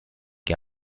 que